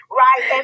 right